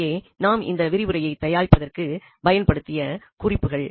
இவையே நாம் இந்த விரிவுரையை தயாரிப்பதற்கு பயன்படுத்திய குறிப்புகள்